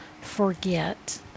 forget